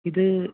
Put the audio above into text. ഇത്